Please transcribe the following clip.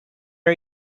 are